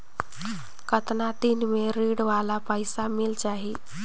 कतना दिन मे ऋण वाला पइसा मिल जाहि?